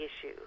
issue